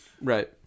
Right